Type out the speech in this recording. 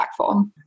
impactful